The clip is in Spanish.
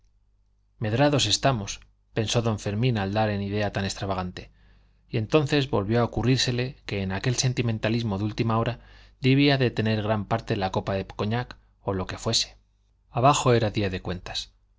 literario medrados estamos pensó don fermín al dar en idea tan extravagante y entonces volvió a ocurrírsele que en aquel sentimentalismo de última hora debía de tener gran parte la copa de cognac o lo que fuese abajo era día de cuentas